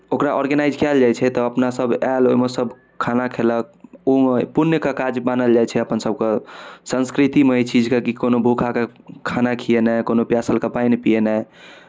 ओकरा ऑर्गेनाइज कयल जाइ छै तऽ अपनासभ आयल ओहिमे सभ खाना खयलक ओ पुण्यके काज मानल जाइ छै अपनसभके संस्कृतिमे एहि चीजकेँ की कोनो भूखाकेँ खाना खीएनाइ कोनो प्यासलकेँ पानि पीएनाइ